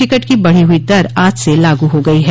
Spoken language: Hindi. टिकट की बढ़ी हुई दर आज से लागू हो गई है